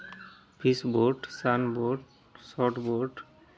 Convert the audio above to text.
fish boat sun boat short boat